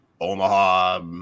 Omaha –